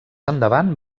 endavant